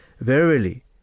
verily